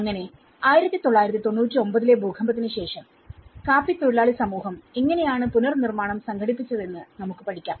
അങ്ങനെ 1999 ലെ ഭൂകമ്പത്തിന് ശേഷം കാപ്പി തൊഴിലാളി സമൂഹം എങ്ങനെയാണ് പുനർനിർമ്മാണം സംഘടിപ്പിച്ചതെന്ന് നമുക്ക് പഠിക്കാം